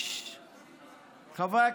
חברי הכנסת,